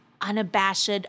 unabashed